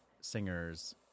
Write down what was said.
singers